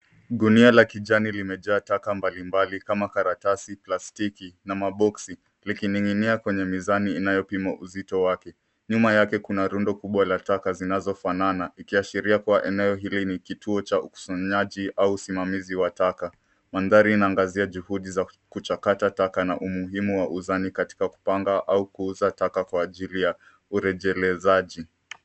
Gunia la kijani limejaa taka mbalimbali kama karatasi, plastiki na maboksi. Likining'inia kwenye mizani inayopimwa uzito wake. Nyuma yake kuna rundo kubwa la taka zinazo fanana, ikiasheria kuwa eneo hili ni kituo cha usanyaji au usimamizi wa taka. Mandhari inaangazia juhudi za kuchakata taka na umuhimu wa uzani katika kupanga au kuuza taka kwa ajili ya kurejelezaji.